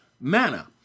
manna